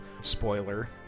spoiler